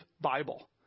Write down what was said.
Bible